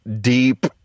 deep